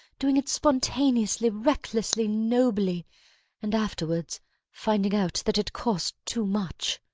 doing it spontaneously, recklessly, nobly and afterwards finding out that it costs too much.